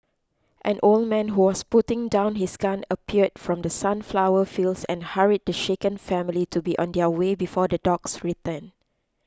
an old man who was putting down his gun appeared from the sunflower fields and hurried the shaken family to be on their way before the dogs return